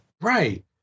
Right